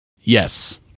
Yes